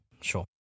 Sure